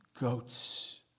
Goats